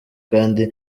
kandi